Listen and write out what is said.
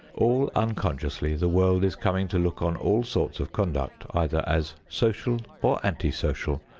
all unconsciously the world is coming to look on all sorts of conduct either as social or anti-social,